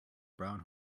brown